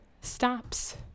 stops